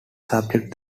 subject